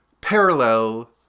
parallel